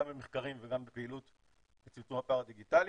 גם במחקרים וגם בפעילות צמצום הפער הדיגיטלי,